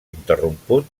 ininterromput